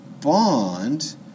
bond